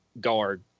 guard